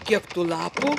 kiek tų lapų